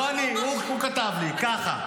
לא אני, הוא כתב לי ככה.